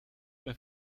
bei